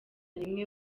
rimwe